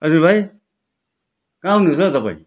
आशिष भाइ कहाँ हुनुहुन्छ हौ तपाईँ